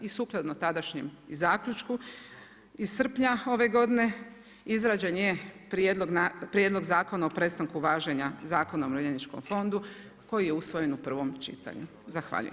I sukladno tadašnjem i zaključku iz srpnja ove godine izrađen je Prijedlog zakona o prestanku važenja Zakona o umirovljeničkom fondu koji je usvojen u prvom čitanju.